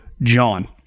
John